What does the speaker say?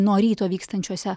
nuo ryto vykstančiuose